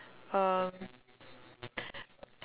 uh